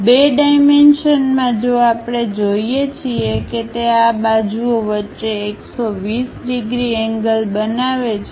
બે ડાઈમેન્શનમાં જો આપણે જોઈએ છીએ કે તે આ બાજુઓ વચ્ચે 120 ડિગ્રીએંગલ બનાવે છે